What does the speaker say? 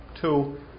two